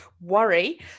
worry